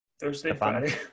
thursday